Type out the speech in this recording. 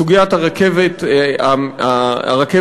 סוגיית הרכבת לאילת.